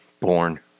born